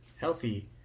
healthy